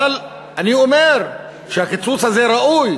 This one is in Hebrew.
אבל אני אומר שהקיצוץ הזה ראוי,